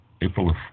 April